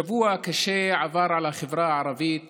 שבוע קשה עבר על החברה הערבית